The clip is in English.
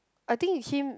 I think with him